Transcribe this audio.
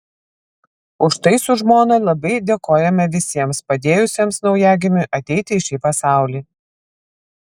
už tai su žmona labai dėkojame visiems padėjusiems naujagimiui ateiti į šį pasaulį